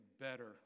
better